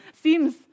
seems